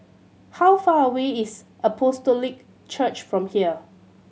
how far away is Apostolic Church from here